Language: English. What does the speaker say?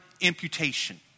imputation